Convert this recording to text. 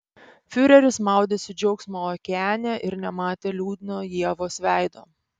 fiureris maudėsi džiaugsmo okeane ir nematė liūdno ievos veido